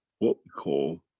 what we call,